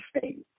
faith